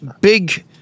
big